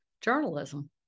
journalism